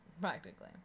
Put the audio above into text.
Practically